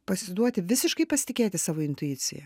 pasiduoti visiškai pasitikėti savo intuicija